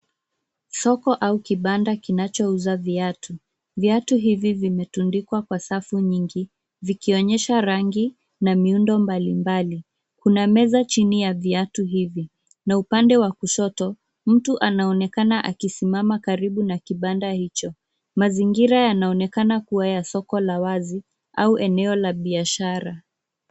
Soko au kibanda kinachouza viatu. Viatu hivi vimetundikwa kwa safu nyingi vikionyesha rangi na miundo mbalimbali. Kuna meza chini ya viatu hivi na upande wa kushoto mtu anaonekana akisimama karibu na kibanda hicho. Mazingira yanaonekana kuwa ya soko la wazi au eneo la biashara.